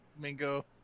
Mingo